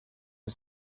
are